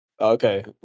okay